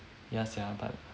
ya sia but